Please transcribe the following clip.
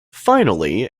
finally